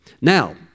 Now